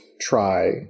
try